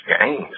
games